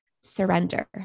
surrender